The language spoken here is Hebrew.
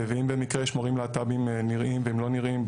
ואם במקרה יש מורים להט"בים נראים ואם לא נראים,